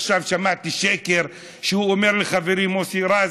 עכשיו שמעתי שקר שהוא אומר לחברי מוסי רז: